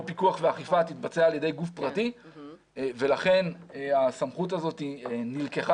פיקוח ואכיפה תתבצע על ידי גוף פרטי ולכן הסמכות הזאת נלקחה